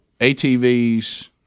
ATVs